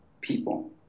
people